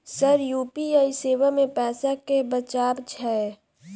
Sir UPI सेवा मे पैसा केँ बचाब छैय?